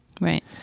Right